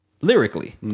Lyrically